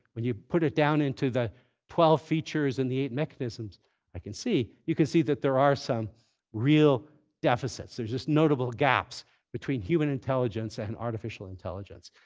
when you put it down into the twelve features and the eight mechanisms i can see, you can see that there are some real deficits. there's just notable gaps between human intelligence and artificial intelligence.